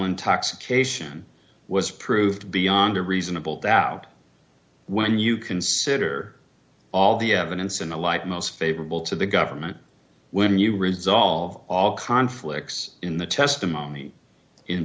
intoxication was proved beyond a reasonable doubt when you consider all the evidence in the light most favorable to the government when you resolve all conflicts in the testimony in